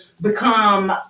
become